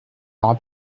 n’aura